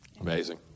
amazing